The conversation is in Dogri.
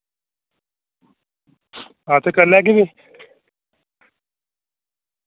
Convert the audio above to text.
हां ते कर लैगे फ्ही